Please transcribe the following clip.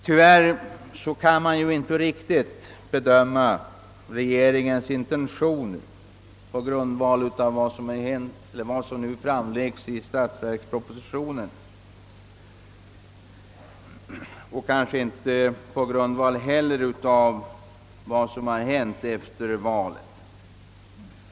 Tyvärr kan man inte riktigt bedöma regeringens intentioner på grundval av vad som nu framlägges i statsverkspropositionen och kanske inte heller på grundval av vad som i övrigt hänt efter valet.